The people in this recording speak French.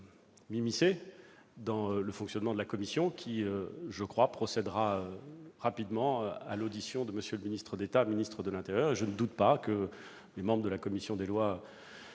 dans le fonctionnement de la commission qui s'apprête à procéder à l'audition de M. le ministre d'État, ministre de l'intérieur. Je ne doute pas que les membres de la commission des lois